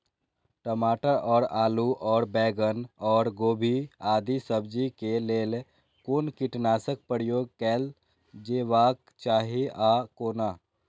टमाटर और आलू और बैंगन और गोभी आदि सब्जी केय लेल कुन कीटनाशक प्रयोग कैल जेबाक चाहि आ कोना?